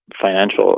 financial